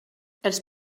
els